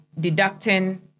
deducting